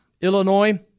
Illinois